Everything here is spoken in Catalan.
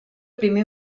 primer